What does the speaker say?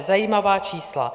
Zajímavá čísla!